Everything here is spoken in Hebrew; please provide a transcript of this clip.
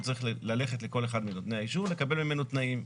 הוא צריך ללכת לכל אחד מנותני האישור ולקבל ממנו תנאים.